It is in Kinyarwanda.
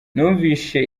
numvise